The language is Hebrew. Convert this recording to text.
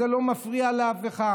זה לא מפריע לאף אחד.